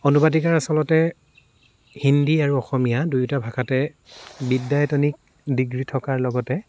অনুবাদিকাৰ আচলতে হিন্দী আৰু অসমীয়া দুয়োটা ভাষাতে বিদ্যায়তনিক ডিগ্ৰী থকাৰ লগতে